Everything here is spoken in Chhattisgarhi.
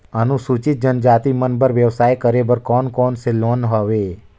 अनुसूचित जनजाति मन बर व्यवसाय करे बर कौन कौन से लोन हवे?